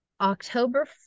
October